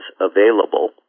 available